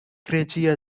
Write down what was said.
crazy